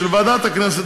של ועדת הכנסת,